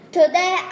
Today